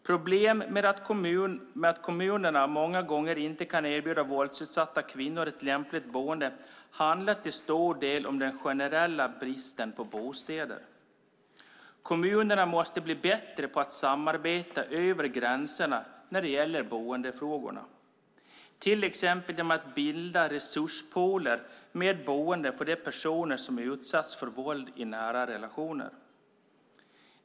Problemet med att kommunerna många gånger inte kan erbjuda våldsutsatta kvinnor ett lämpligt boende handlar till stor del om den generella bristen på bostäder. Kommunerna måste bli bättre på att samarbeta över gränserna när det gäller boendefrågorna, till exempel genom att bilda resurspooler med boenden för de personer som utsatts för våld i nära relationer.